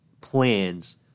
plans